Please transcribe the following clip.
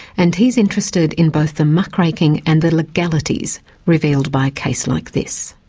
and he's interested in both the muckraking and the legalities revealed by a case like this.